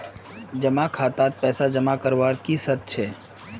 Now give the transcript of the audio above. जमा खातात पैसा जमा करवार की शर्त छे?